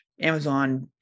Amazon